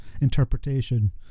interpretation